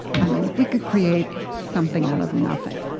i mean, if we could create something out of nothing,